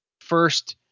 first